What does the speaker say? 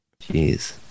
Jeez